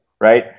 right